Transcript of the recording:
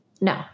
No